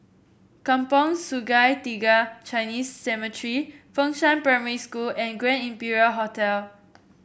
Kampong Sungai Tiga Chinese Cemetery Fengshan Primary School and Grand Imperial Hotel